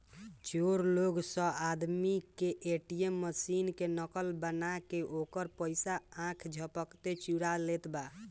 चोर लोग स आदमी के ए.टी.एम मशीन के नकल बना के ओकर पइसा आख झपकते चुरा लेत बा